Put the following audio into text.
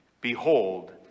behold